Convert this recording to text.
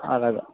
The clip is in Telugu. అలాగ